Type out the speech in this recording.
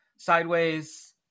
sideways